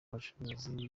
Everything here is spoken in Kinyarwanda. bacuruzi